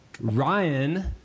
Ryan